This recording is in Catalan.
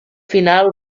final